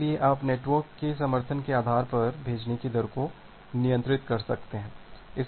इसलिए आप नेटवर्क के समर्थन के आधार पर भेजने की दर को नियंत्रित कर सकते हैं